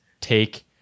take